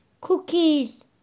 cookies